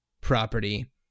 property